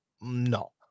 no